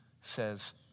says